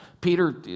Peter